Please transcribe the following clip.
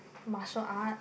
martial art